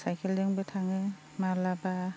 सायखेलजोंबो थाङो माब्लाबा